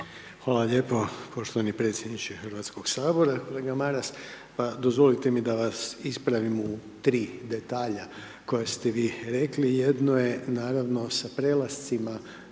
Hvala lijepo poštovani predsjedniče Hrvatskoga sabora. Kolega Maras, pa dozvolite mi da vas ispravim u tri detalja koja ste vi rekli, jedno je naravno sa prelascima